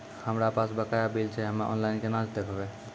हमरा पास बकाया बिल छै हम्मे ऑनलाइन केना देखबै?